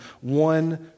one